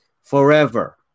forever